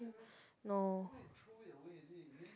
no